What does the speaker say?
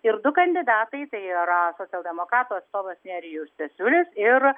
ir du kandidatai tai yra socialdemokratų atstovas nerijus cesiulis ir